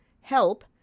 Help